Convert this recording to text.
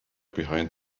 behind